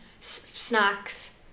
snacks